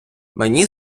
мені